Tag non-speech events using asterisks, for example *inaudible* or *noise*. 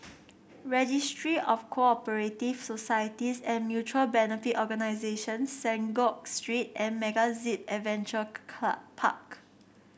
Registry of Co operative Societies and Mutual Benefit Organisations Synagogue Street and MegaZip Adventure *unintelligible* Park